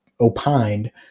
opined